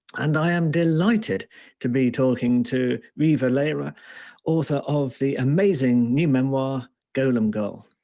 and i am delighted to be talking to riva lehrer author of the amazing new memoir, golem girl.